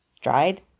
dried